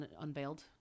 unveiled